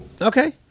Okay